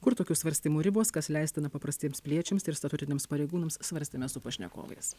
kur tokių svarstymų ribos kas leistina paprastiems piliečiams ir statutiniams pareigūnams svarstėme su pašnekovais